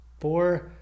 four